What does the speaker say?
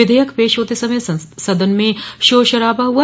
विधेयक पेश होते समय सदन में शोर शराबा हुआ